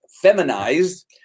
feminized